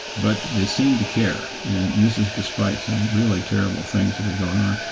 but they seem to care, and this is despite some really terrible things that are going on.